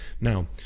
Now